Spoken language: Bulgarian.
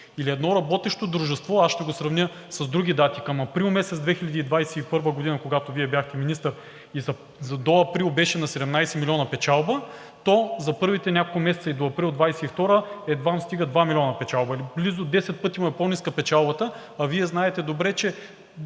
към едно работещо дружество. Аз ще го сравня с други дати – към април месец 2021 г., когато Вие бяхте министър до април, беше на 17 милиона печалба, а за първите няколко месеца и до април 2022 г. едвам стигна до 2 милиона печалба – близо 10 пъти му е по-ниска печалбата, а Вие знаете добре, че